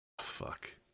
Fuck